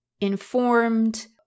informed